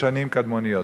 וכשנים קדמוניות.